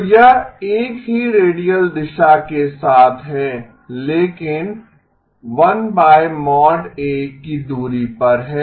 तो यह एक ही रेडियल दिशा के साथ है लेकिनकी दूरी पर है